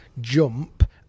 jump